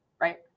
right